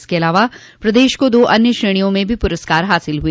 इसके अलावा प्रदेश को दो अन्य श्रेणियों में भी पुरस्कार हासिल हुए